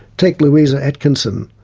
take louisa atkinson,